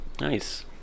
Nice